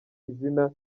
izina